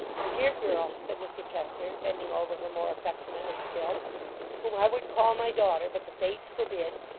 my dear girl said mr chester, bending over her more affectionately still whom i would call my daughter, but the fates forbid,